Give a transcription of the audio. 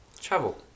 travel